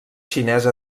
xinesa